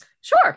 Sure